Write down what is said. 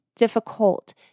difficult